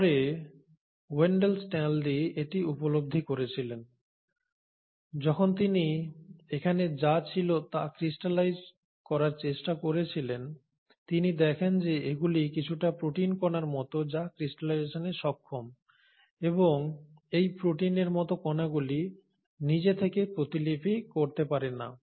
পরে Wendell Stanley এটি উপলব্ধি করেছিলেন যখন তিনি এখানে যা ছিল তা ক্রিস্টালাইজ করার চেষ্টা করেছিলেন তিনি দেখেন যে এগুলি কিছুটা প্রোটিন কণার মত যা ক্রিস্টালাইজেশনে সক্ষম এবং এই প্রোটিনের মত কণাগুলি নিজে থেকেই প্রতিলিপি করতে পারে না